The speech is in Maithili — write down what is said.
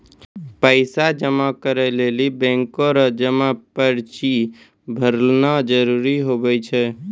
पैसा जमा करै लेली बैंक रो जमा पर्ची भरना जरूरी हुवै छै